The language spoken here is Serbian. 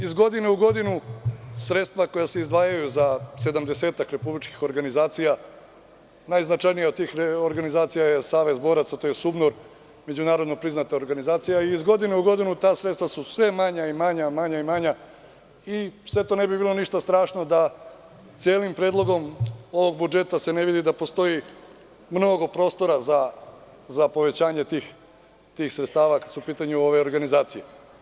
Iz godine u godinu sredstva koja se izdvajaju za sedamdesetak republičkih organizacija, najznačajnija od tih organizacija je Save boraca, to je SUBNOR, međunarodno priznata organizacija, su sve manja i manja i sve to ne bi bilo ništa strašno da celim predlogom ovog budžeta se ne vidi da postoji mnogo prostora za povećanje tih sredstava, kada su u pitanju ove organizacije.